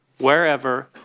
wherever